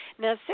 Now